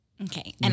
Okay